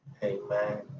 Amen